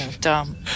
dumb